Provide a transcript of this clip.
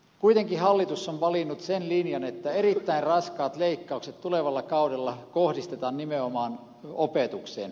kuitenkin hallitus on valinnut sen linjan että erittäin raskaat leikkaukset tulevalla kaudella kohdistetaan nimenomaan opetukseen